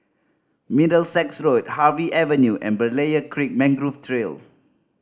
Middlesex Road Harvey Avenue and Berlayer Creek Mangrove Trail